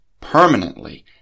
permanently